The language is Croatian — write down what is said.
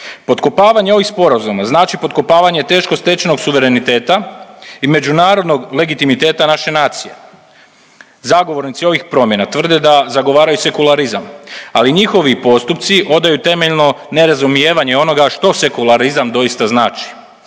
Potkopavanje ovih sporazuma znači potkopavanje teško stečenog suvereniteta i međunarodnog legitimiteta naše nacije. Zagovornici ovih promjena tvrde da zagovaraju sekularizam, ali njihovi postupci odaju temeljno nerazumijevanje onoga što sekularizam doista znači.